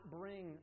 bring